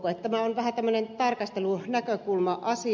tämä on vähän tämmöinen tarkastelunäkökulma asia